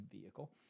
vehicle